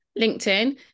LinkedIn